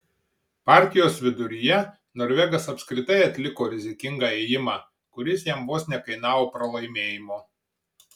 partijos viduryje norvegas apskritai atliko rizikingą ėjimą kuris jam vos nekainavo pralaimėjimo